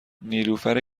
نیلوفر